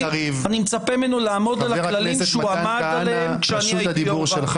אני מצפה ממנו לעמוד על הכללים שהוא עמד עליהם כשאני הייתי יו"ר ועדה.